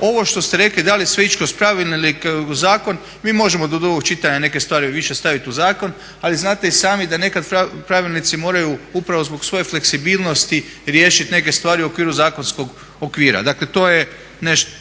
Ovo što ste rekli da li sve ići kroz pravilnik ili zakon, mi možemo do drugog čitanja neke stvari više staviti u zakon ali znate i sami da nekad pravilnici moraju upravo zbog svoje fleksibilnosti riješiti neke stvari u okviru zakonskog okvira. Dakle, to je nešto